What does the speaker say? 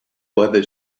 whether